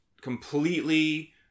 completely